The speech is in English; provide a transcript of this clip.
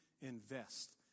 invest